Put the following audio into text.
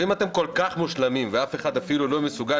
ואם אתם כל כך מושלמים ואף אחד אפילו לא מסוגל